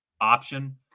option